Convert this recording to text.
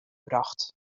brocht